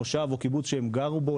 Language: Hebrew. מושב או קיבוץ שהם גרו בו,